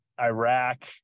Iraq